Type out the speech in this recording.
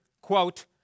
quote